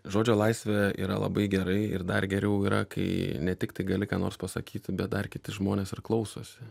žodžio laisvė yra labai gerai ir dar geriau yra kai ne tiktai gali ką nors pasakyti bet dar kiti žmonės ir klausosi